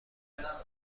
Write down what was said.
پرسیوساست